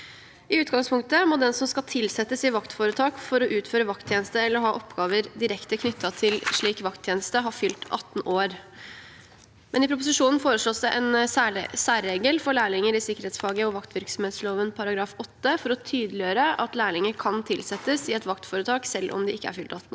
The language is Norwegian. I utgangspunktet må den som skal tilsettes i vaktforetak for å utføre vakttjeneste eller ha oppgaver direkte knyttet til slik vakttjeneste, ha fylt 18 år, men i proposisjonen foreslås det en særregel for lærlinger i sikkerhetsfaget i vaktvirksomhetsloven § 8 for å tydeliggjøre at lærlinger kan tilsettes i et vaktforetak selv om de ikke har fylt 18 år.